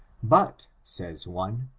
but, says one,